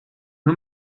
nur